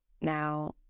Now